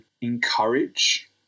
encourage